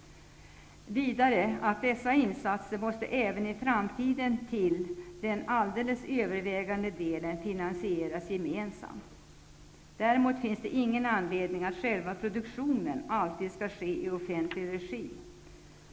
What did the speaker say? Vidare sägs det i regeringsdeklarationen: ''Dessa insatser måste även i framtiden till den alldeles övervägande delen finansieras gemensamt. Däremot finns det ingen anledning att själva produktionen alltid skall ske i offentlig regi.